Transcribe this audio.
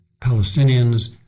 Palestinians